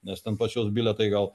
nes ten pas juos bilietai gal